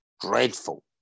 dreadful